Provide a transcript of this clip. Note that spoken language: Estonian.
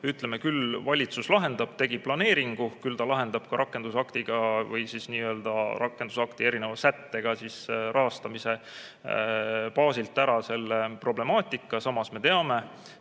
ütleme, küll valitsus lahendab. Ta tegi planeeringu, küll ta lahendab ka rakendusaktiga või rakendusakti erisättega rahastamise baasil ära selle problemaatika. Samas me teame,